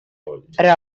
ρώτησε